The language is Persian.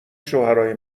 شوهرای